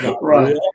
right